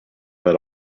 that